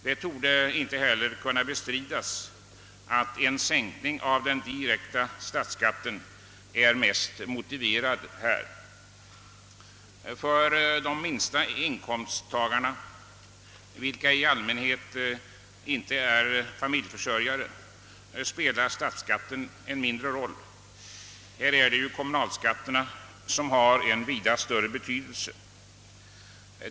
Det torde inte heller kunna bestridas att en sänkning av den direkta statsskatten är mest motiverad här. För de lägsta inkomsttagarna, vilka i allmänhet inte är familjeförsörjare, spelar statsskatten en mindre roll — för dem har kommunalskatterna en vida större betydelse.